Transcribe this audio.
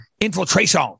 infiltration